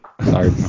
Sorry